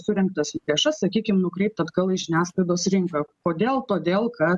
surinktas lėšas sakykim nukreipt atgal žiniasklaidos rinką kodėl todėl kad